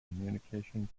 communication